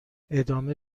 ادامه